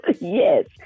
Yes